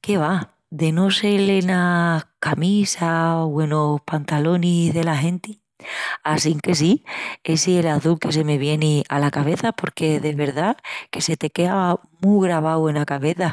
Qué va, de no sel enas camisas o enos pantalonis dela genti. Assinque sí, essi es el azul que se me vien ala cabeça porque de verdá que se te quea mu gravau ena cabeça.